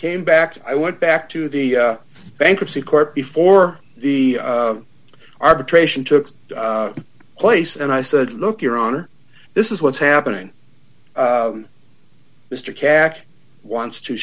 came back i went back to the bankruptcy court before the arbitration took place and i said look your honor this is what's happening mr katz wants to